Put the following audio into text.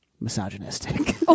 misogynistic